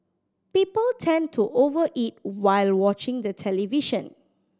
people tend to over eat while watching the television